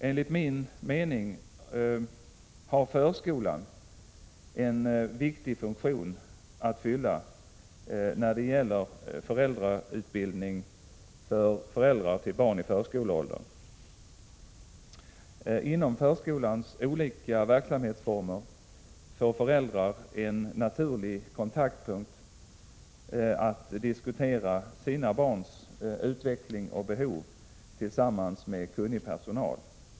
Enligt min mening har förskolan en viktig funktion att fylla när det gäller föräldrautbildning för föräldrar till barn i förskoleåldern. Inom förskolans olika verksamhetsformer får föräldrar en naturlig kontaktpunkt att diskutera sina barns utveckling och behov tillsammans med kunnig personal.